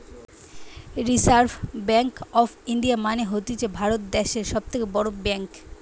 reserve Bank of India মানে হতিছে ভারত দ্যাশের সব থেকে বড় ব্যাঙ্ক